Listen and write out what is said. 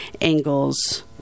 angles